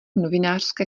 novinářské